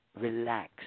relax